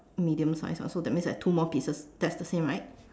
medium sized so that means like two more pieces that's the same right